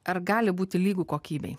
ar gali būti lygu kokybei